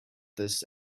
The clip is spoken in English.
this